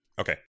Okay